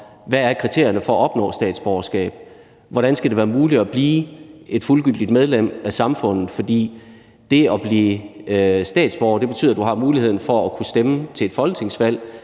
hvad kriterierne er for at opnå statsborgerskab: Hvordan skal det være muligt at blive et fuldgyldigt medlem af samfundet? For det at blive statsborger betyder, at du har mulighed for at kunne stemme til et folketingsvalg,